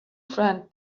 friend